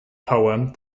poem